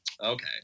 Okay